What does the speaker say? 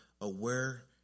aware